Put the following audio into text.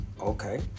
Okay